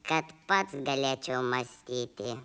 kad pats galėčiau mąstyti